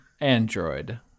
Android